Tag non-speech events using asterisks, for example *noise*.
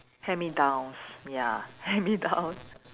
hand-me-downs ya hand-me-down *laughs*